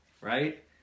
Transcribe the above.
Right